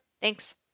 Thanks